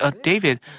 David